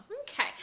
Okay